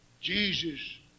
Jesus